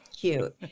cute